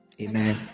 Amen